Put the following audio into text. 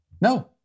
No